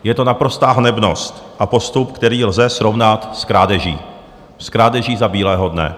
Je to naprostá hanebnost a postup, který lze srovnat s krádeží, s krádeží za bílého dne.